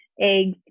eggs